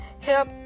help